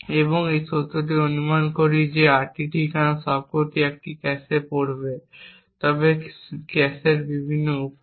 এবং এই সত্যটি অনুমান করি যে এই 8টি ঠিকানার সবকটিই একই ক্যাশে সেটে পড়বে তবে ক্যাশের বিভিন্ন উপায়ে